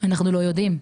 אנחנו לא יודעים.